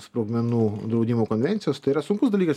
sprogmenų draudimo konvencijos tai yra sunkus dalykas